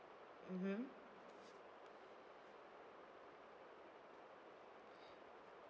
mmhmm